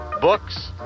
books